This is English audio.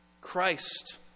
Christ